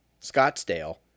Scottsdale